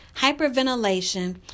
hyperventilation